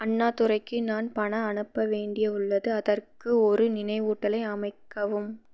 அண்ணாதுரைக்கு நான் பணம் அனுப்ப வேண்டியுள்ளது அதற்கு ஒரு நினைவூட்டலை அமைக்கவும்